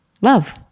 love